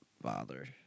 bother